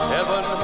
Heaven